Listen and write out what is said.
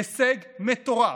הישג מטורף.